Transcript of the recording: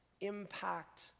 impact